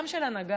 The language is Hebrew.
גם של הנהגה,